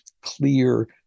clear